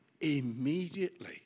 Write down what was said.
immediately